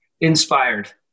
inspired